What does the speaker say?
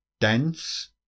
dense